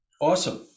Awesome